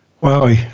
Wow